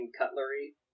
cutlery